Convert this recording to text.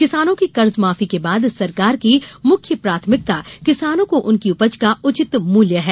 किसानों की कर्जमाफी के बाद सरकार की मुख्य प्राथमिकता किसानों को उनकी उपज का उचित मूल्य है